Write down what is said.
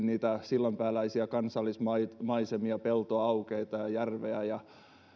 niitä sillanpääläisiä kansallismaisemia peltoaukeita ja järveä ja